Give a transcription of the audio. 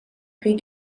pre